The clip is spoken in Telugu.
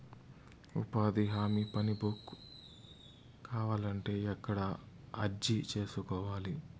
ఉపాధి హామీ పని బుక్ కావాలంటే ఎక్కడ అర్జీ సేసుకోవాలి?